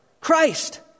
Christ